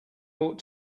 ought